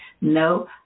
No